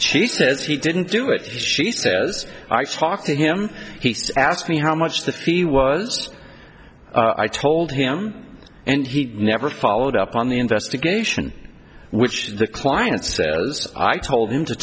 she says he didn't do it she says i talked to him he asked me how much the fee was i told him and he never followed up on the investigation which the client says i told him to